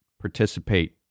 participate